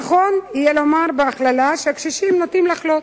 נכון יהיה לומר בהכללה שהקשישים נוטים לחלות,